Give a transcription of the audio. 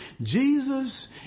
Jesus